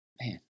Man